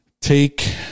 take